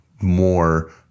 more